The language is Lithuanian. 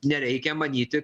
nereikia manyti